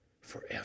forever